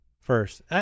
first